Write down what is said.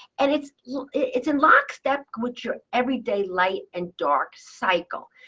and it's yeah it's in lockstep with your everyday light and dark cycle.